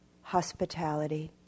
hospitality